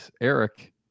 Eric